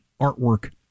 artwork